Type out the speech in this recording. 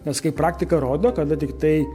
nes kaip praktika rodo kada tiktai